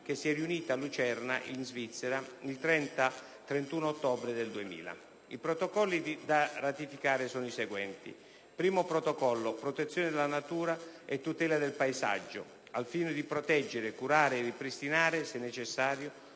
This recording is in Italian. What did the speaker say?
che si è riunita a Lucerna, in Svizzera, il 30-31 ottobre 2000. I Protocolli da ratificare sono i seguenti. 1. Il Protocollo sulla protezione della natura e la tutela del paesaggio, al fine di proteggere, curare e ripristinare, se necessario,